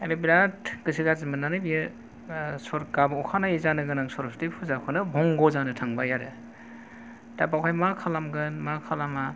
दा बे बिराद गोसो गाज्रि मोनननै बियो हरखाब अखानायै जानो गोनां सरसथि फुजाखौनो बंग जानो थांबाय आरो दा बावहाय मा खालामगोन मा खालामा